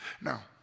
Now